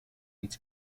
its